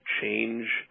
change